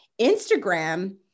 Instagram